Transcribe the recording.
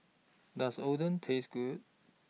Does Oden Taste Good